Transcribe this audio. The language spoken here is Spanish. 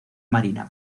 marina